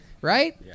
Right